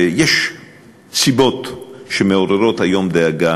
שיש סיבות שמעוררות היום דאגה